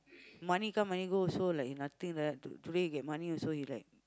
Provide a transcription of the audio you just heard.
money come money go also like nothing like that to today he get money also he like